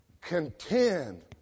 Contend